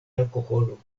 alkoholo